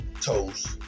Toast